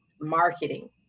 marketing